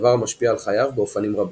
דבר המשפיע על חייו באופנים רבים.